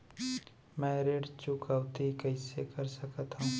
मैं ऋण चुकौती कइसे कर सकथव?